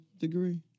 degree